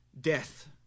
death